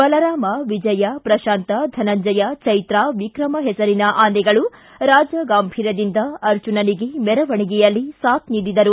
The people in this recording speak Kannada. ಬಲರಾಮ ವಿಜಯ ಪ್ರಶಾಂತ ಧನಂಜಯ ಚೈತ್ರ ವಿಕ್ರಮ ಹೆಸರಿನ ಆನೆಗಳು ಗಜಗಾಂಭೀರ್ಯದಿಂದ ಅರ್ಜುನನಿಗೆ ಮೆರವಣಿಗೆಯಲ್ಲಿ ಸಾಥ್ ನೀಡಿದರು